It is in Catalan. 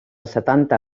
setanta